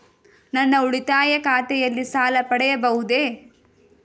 ನನ್ನ ಉಳಿತಾಯ ಖಾತೆಯಲ್ಲಿ ಸಾಲ ಪಡೆಯಬಹುದೇ?